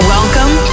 Welcome